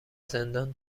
زندان